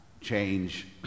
change